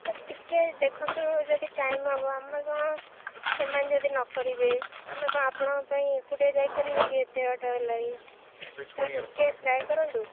sir ଟିକିଏ ଦେଖନ୍ତୁ ଯଦି ଟାଇମ୍ ହବ ଆମେ କ'ଣ ସେମାନେ ଯଦି ନ କରିବେ ଆମେ କ'ଣ ଆପଣଙ୍କ ପାଇଁ ଏକୁଟିଆ ଯାଇପାରିବୁ କି ଏତେ ବାଟ ହେଲାଣି ତ ଟିକିଏ ଟ୍ରାଏ କରନ୍ତୁ